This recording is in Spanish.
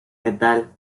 metal